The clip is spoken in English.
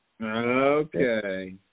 okay